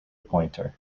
pointer